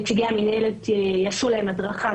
נציגי המנהלת יעשו להם הדרכה,